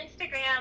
Instagram